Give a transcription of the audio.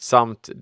Samt